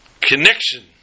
connection